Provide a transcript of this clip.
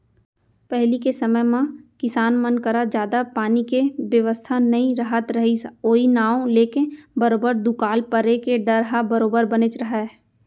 पहिली के समे म किसान मन करा जादा पानी के बेवस्था नइ रहत रहिस ओई नांव लेके बरोबर दुकाल परे के डर ह बरोबर बनेच रहय